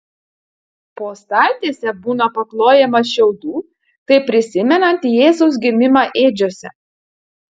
po staltiese būna paklojama šiaudų taip prisimenant jėzaus gimimą ėdžiose